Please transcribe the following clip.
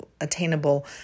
attainable